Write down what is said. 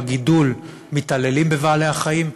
בגידול מתעללים בבעלי-החיים.